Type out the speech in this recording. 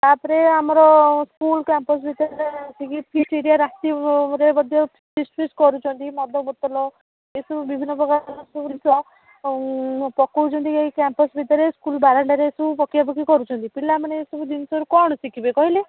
ତାପରେ ଆମର school campus ଭିତରେ ଆସିକି ଫିଲ୍ଡରେ ରାତି ଅଧରେ ବୋଧେ ଫିଷ୍ଟ୍ ପିଷ୍ଟ୍ କରୁଛନ୍ତି ମଦ ବୋତଲ ଏସବୁ ବିଭିନ୍ନପ୍ରକାରର ସବୁ ଆଉ ପକାଉଛନ୍ତି ଏଇ କ୍ୟାମ୍ପସ୍ ଭିତରେ ସ୍କୁଲ୍ ବାରଣ୍ଡାରେ ଏସବୁ ପକିଆପକି କରୁଛନ୍ତି ପିଲାମାନେ ଏସବୁ ଜିନିଷରୁ କ'ଣ ଶିଖିବେ କହିଲେ